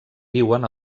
viuen